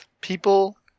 People